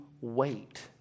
wait